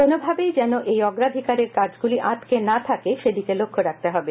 কোনোভাবেই যেন এই অগ্রাধিকারের কাজগুলি আটকে না থাকে সেদিকে লক্ষ্য রাখতে হবে